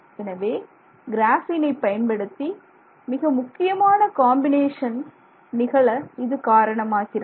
எனவே கிராஃபீனை பயன்படுத்தி மிக முக்கியமான காம்பினேஷன் இது நிகழ காரணமாகிறது